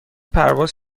پرواز